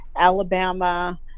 Alabama